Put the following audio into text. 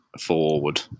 forward